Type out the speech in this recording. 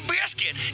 Biscuit